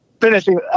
finishing –